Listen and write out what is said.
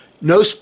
no